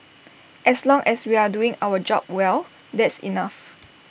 as long as we're doing our job well that's enough